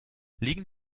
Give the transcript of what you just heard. liegen